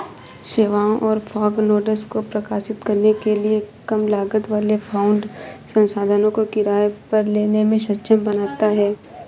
सेवाओं और fog nodes को प्रकाशित करने के लिए कम लागत वाले क्लाउड संसाधनों को किराए पर लेने में सक्षम बनाता है